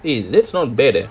eh that's not bad eh